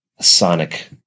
sonic